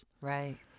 Right